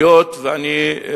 היות שאני,